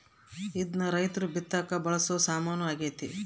ಇದ್ನ ರೈರ್ತು ಬಿತ್ತಕ ಬಳಸೊ ಸಾಮಾನು ಆಗ್ಯತೆ